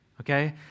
okay